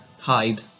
Hide